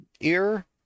ear